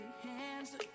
hands